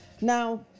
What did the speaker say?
Now